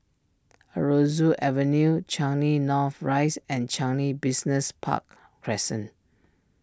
Aroozoo Avenue Changi North Rise and Changi Business Park Crescent